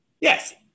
Yes